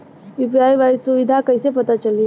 UPI सुबिधा कइसे पता चली?